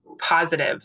positive